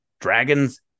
dragons